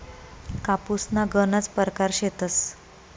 कापूसना गनज परकार शेतस